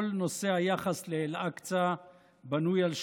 כל נושא היחס לאל-אקצא בנוי על שקרים.